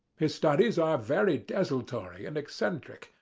his studies are very desultory and eccentric,